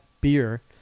beer